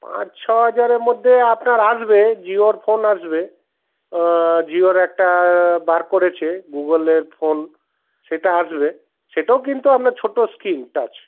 পাঁচ ছহাজারের মধ্যে আপনার আসবে জিওর ফোন আসবে জিওর একটা বার করেছে গুগলের ফোন সেটা আসবে সেটাও কিন্তু আপনার ছোটো স্ক্রিন টাচ